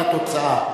התוצאה,